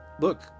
Look